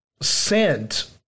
sent